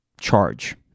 charge